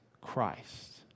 Christ